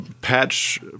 patch